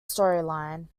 storyline